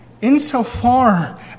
Insofar